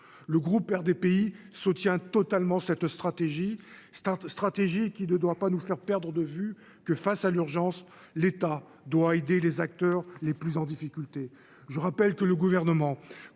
le groupe RDPI soutient totalement cette stratégie cette stratégie qui ne doit pas nous faire perdre de vue que face à l'urgence, l'État doit aider les acteurs les plus en difficulté, je rappelle que le gouvernement